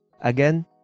Again